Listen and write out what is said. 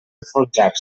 enfonsar